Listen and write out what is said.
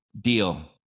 deal